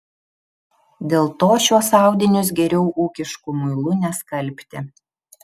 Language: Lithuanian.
dėl to šiuos audinius geriau ūkišku muilu neskalbti